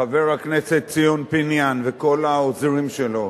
חבר הכנסת ציון פיניאן, וכל העוזרים שלו,